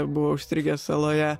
buvo užstrigęs saloje